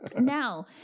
Now